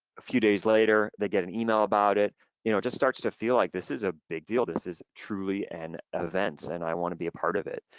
a few days later, they get an email about it, it you know just starts to feel like this is a big deal. this is truly an events and i wanna be a part of it.